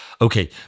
okay